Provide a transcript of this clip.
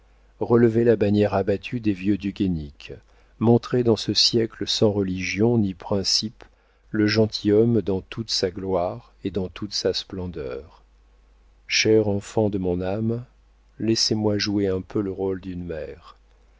relevez la bannière abattue des vieux du guénic montrez dans ce siècle sans religion ni principe le gentilhomme dans toute sa gloire et dans toute sa splendeur cher enfant de mon âme laissez-moi jouer un peu le rôle d'une mère